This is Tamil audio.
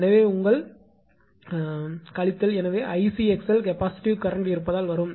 எனவே உங்கள் கழித்தல் எனவே 𝐼𝑐𝑥𝑙 கெபாசிட்டிவ் கரண்ட் இருப்பதால் வரும்